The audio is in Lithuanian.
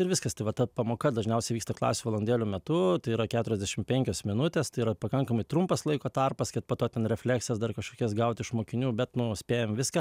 ir viskas tai va ta pamoka dažniausiai vyksta klasių valandėlių metu tai yra keturiasdešim penkios minutės tai yra pakankamai trumpas laiko tarpas kad poto ten refleksijas dar kažkokias gaut iš mokinių bet nu spėjam viską